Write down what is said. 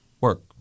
work